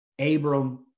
Abram